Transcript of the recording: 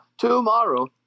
tomorrow